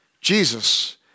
Jesus